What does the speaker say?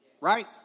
Right